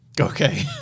Okay